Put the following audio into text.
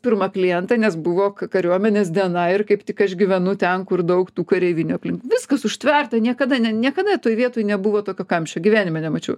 pirmą klientą nes buvo kariuomenės diena ir kaip tik aš gyvenu ten kur daug tų kareivinių aplink viskas užtverta niekada ne niekada toj vietoj nebuvo tokio kamščio gyvenime nemačiau